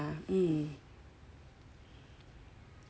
do a thorough check ah